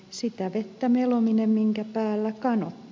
sitä vettä melominen minkä päällä kanootti